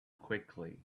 quickly